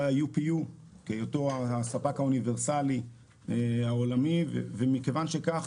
ה-UPU בהיותו הספק האוניברסלי העולמי ומכיוון שכך